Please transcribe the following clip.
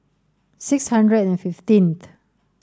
six hundred and fifteenth